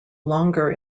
longer